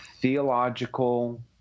theological